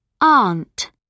Aunt